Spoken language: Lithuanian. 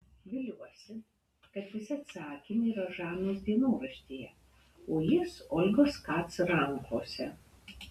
viliuosi kad visi atsakymai yra žanos dienoraštyje o jis olgos kac rankose